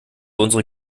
unsere